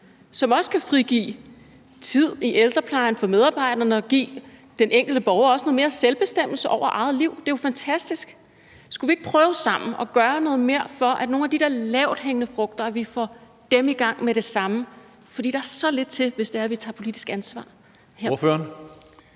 som også kan frigive tid i ældreplejen for medarbejderne og også give den enkelte borger noget mere selvbestemmelse over eget liv. Det er jo fantastisk. Skulle vi ikke sammen prøve at gøre noget mere, for at vi kommer i gang med at plukke nogle af de der lavthængende frugter med det samme? For der skal så lidt til, hvis vi tager politisk ansvar. Kl.